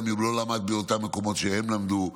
גם אם הוא לא למד באותם מקומות שהם למדו,